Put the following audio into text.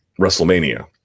Wrestlemania